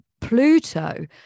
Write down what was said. Pluto